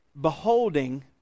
beholding